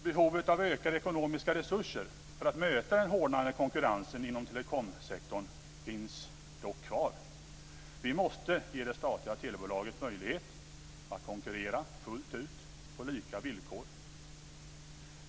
Behovet av ökade ekonomiska resurser för att möta den hårdnande konkurrensen inom telekomsektorn finns dock kvar. Vi måste ge det statliga telebolaget möjlighet att konkurrera fullt ut på lika villkor.